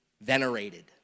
venerated